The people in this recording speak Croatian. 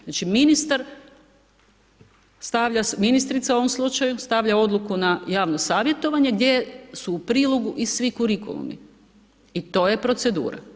Znači ministar, stavlja, ministrica u ovom slučaju, stavlja odluku na javno savjetovanje gdje su u prilogu svi kurikuluma i to je procedura.